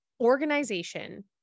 organization